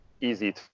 easy